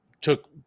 took